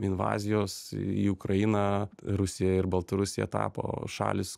invazijos į ukrainą rusija ir baltarusija tapo šalys